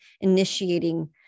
initiating